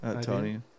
Tony